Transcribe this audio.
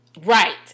Right